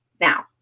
now